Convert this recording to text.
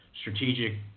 strategic